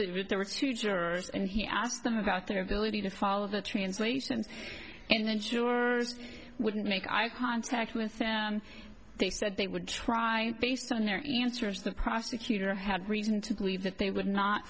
there were two jurors and he asked them about their ability to follow the translations and then sure wouldn't make eye contact with then they said they would try based on their events or as the prosecutor had reason to believe that they would not